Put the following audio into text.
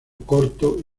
corto